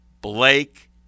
Blake